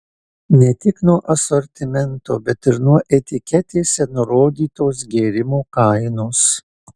ne tik nuo asortimento bet ir nuo etiketėse nurodytos gėrimo kainos